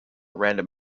random